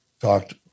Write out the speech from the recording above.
talked